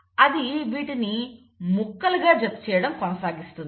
అది వీటిని ముక్కలుగా జత చేయడం కొనసాగిస్తుంది